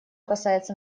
касается